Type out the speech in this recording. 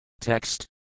Text